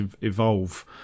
evolve